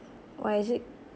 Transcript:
why is it